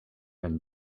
and